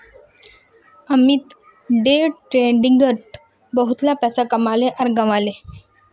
Amit day ट्रेडिंगत बहुतला पैसा कमाले आर गंवाले